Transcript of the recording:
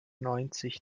neunzig